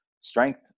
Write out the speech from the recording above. strength